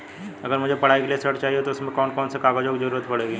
अगर मुझे पढ़ाई के लिए ऋण चाहिए तो उसमें कौन कौन से कागजों की जरूरत पड़ेगी?